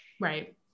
Right